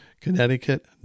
Connecticut